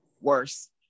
Worse